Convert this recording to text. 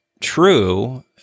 true